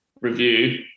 review